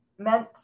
meant